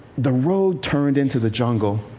the road turned into the jungle.